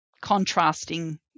contrasting